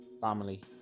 family